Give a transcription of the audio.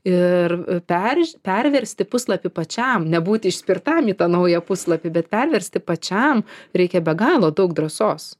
ir perž perversti puslapį pačiam nebūti išspirtam į tą naują puslapį bet perversti pačiam reikia be galo daug drąsos